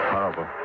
Horrible